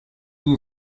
you